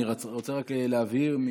אני רוצה רק להבהיר,